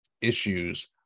issues